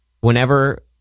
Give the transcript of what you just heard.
whenever